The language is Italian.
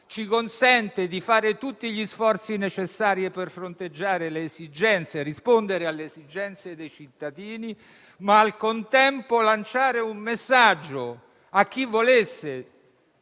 ci consente di fare tutti gli sforzi necessari per fronteggiare e rispondere alle esigenze dei cittadini. Al contempo, occorre lanciare un messaggio a chi volesse